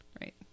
right